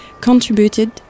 contributed